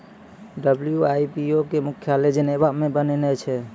WIPO के मुख्यालय Geneva मे बनैने छै